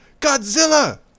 Godzilla